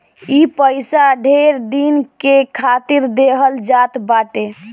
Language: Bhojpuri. ई पइसा ढेर दिन के खातिर देहल जात बाटे